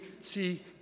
see